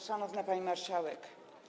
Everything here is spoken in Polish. Szanowna Pani Marszałek!